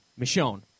Michonne